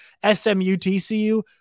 SMU-TCU